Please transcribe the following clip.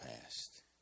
past